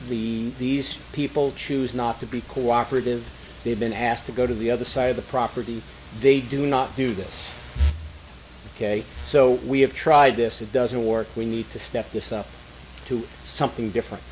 the these people choose not to be cooperative they've been asked to go to the other side of the property they do not do this ok so we have tried this it doesn't work we need to step this up to something different